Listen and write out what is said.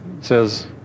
says